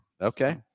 Okay